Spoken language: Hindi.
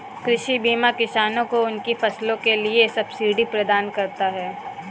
कृषि बीमा किसानों को उनकी फसलों के लिए सब्सिडी प्रदान करता है